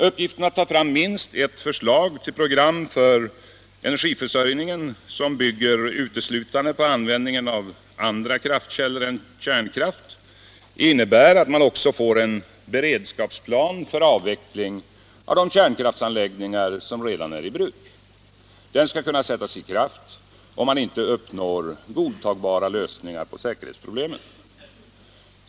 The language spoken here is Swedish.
Uppgiften att ta fram minst ett förslag till program för energiförsörjningen som bygger uteslutande på användningen av andra kraftkällor än kärnkraft innebär att man också får en beredskapsplan för avveckling av de kärnkraftsanläggningar som redan är i bruk. Den skall kunna sättas i kraft, om man inte uppnår godtagbara lösningar på säkerhetsproblemen.